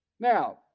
Now